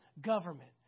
government